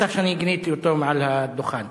רצח שאני גיניתי מעל הדוכן.